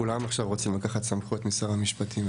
כולם רוצים עכשיו לקחת סמכויות משר המשפטים.